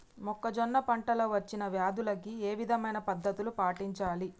మొక్కజొన్న పంట లో వచ్చిన వ్యాధులకి ఏ విధమైన పద్ధతులు పాటించాలి?